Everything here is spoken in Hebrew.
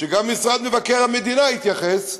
שגם משרד מבקר המדינה התייחס,